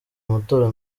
amatora